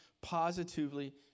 positively